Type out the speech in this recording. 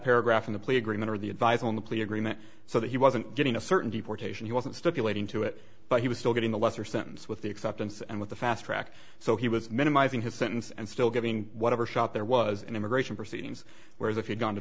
paragraph in the plea agreement or the advice on the plea agreement so that he wasn't getting a certain deportation he wasn't stipulating to it but he was still getting a lesser sentence with the acceptance and with the fast track so he was minimizing his sentence and still giving whatever shot there was an immigration proceedings whereas if you'd gone to